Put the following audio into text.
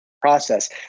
process